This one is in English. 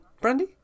Brandy